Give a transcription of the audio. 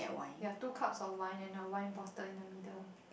you have two cups of wine and a wine bottle in the middle